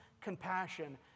compassion